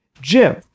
Jim